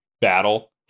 battle